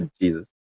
Jesus